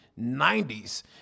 90s